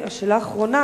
והשאלה האחרונה,